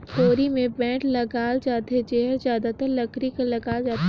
कोड़ी मे बेठ लगाल जाथे जेहर जादातर लकरी कर लगाल जाथे